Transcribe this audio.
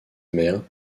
mère